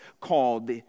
called